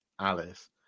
Alice